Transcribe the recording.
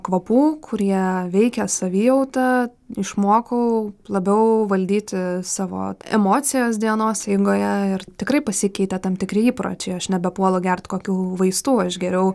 kvapų kurie veikia savijautą išmokau labiau valdyti savo emocijas dienos eigoje ir tikrai pasikeitė tam tikri įpročiai aš nebepuolu gert kokių vaistų aš geriau